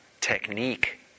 technique